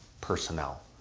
personnel